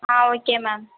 ah okay ma'am